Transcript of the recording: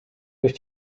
durch